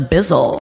Bizzle